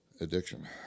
Addiction